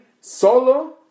solo